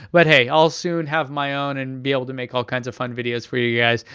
but hey, i'll soon have my own and be able to make all kinds of fun videos for you you guys.